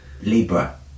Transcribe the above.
Libra